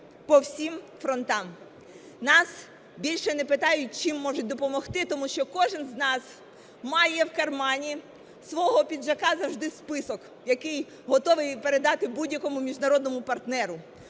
по всіх фронтах. Нас більше не питають, чим можуть допомогти, тому що кожен з нас має в кармані свого піджака завжди список, який готовий передати будь-якому міжнародному партнеру.